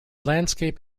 landscape